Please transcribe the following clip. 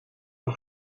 een